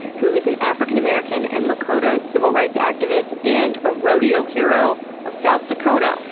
who is an african american and lakota civil rights activist, and a rodeo hero of south dakota,